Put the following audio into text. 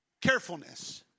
carefulness